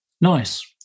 Nice